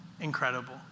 incredible